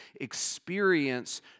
experience